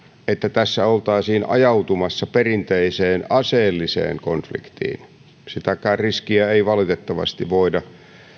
että tässä oltaisiin ajautumassa perinteiseen aseelliseen konfliktiin sitäkään riskiä ei valitettavasti voida